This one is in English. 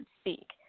speak